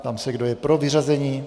Ptám se, kdo je pro vyřazení.